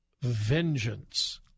vengeance